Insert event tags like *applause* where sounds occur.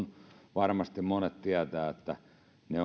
varmasti monet tietävät ne *unintelligible*